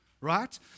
right